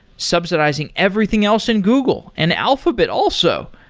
subsidizing everything else in google, and alphabet also.